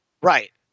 Right